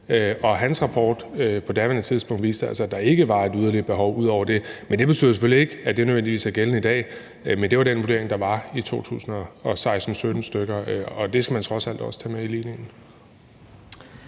tidspunkt, at der ikke var et yderligere behov ud over det. Men det betyder selvfølgelig ikke, at det nødvendigvis er gældende i dag, men det var den vurdering, der var i omkring 2016-2017, og det skal man trods alt også tage med i ligningen.